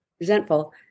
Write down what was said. Resentful